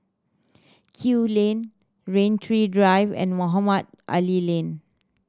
Kew Lane Rain Tree Drive and Mohamed Ali Lane